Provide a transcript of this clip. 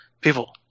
people